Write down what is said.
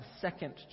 second